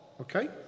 okay